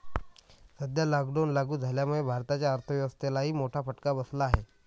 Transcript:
सध्या लॉकडाऊन लागू झाल्यामुळे भारताच्या अर्थव्यवस्थेलाही मोठा फटका बसला आहे